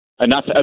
enough